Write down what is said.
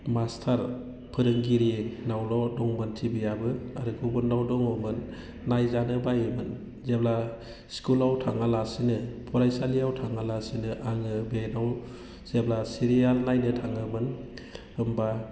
master फोरोंगिरिनावल' दंमोन टि भियाबो आरो गुबुननाव दङमोन नायजानो बायोमोन जेब्ला स्कुलाव थाङालासिनो फरायसालियाव थाङालासिनो आङो बेनाव जेब्ला सिरियेल नायनो थाङोमोन होनबा